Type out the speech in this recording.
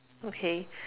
okay